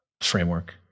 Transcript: framework